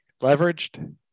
Leveraged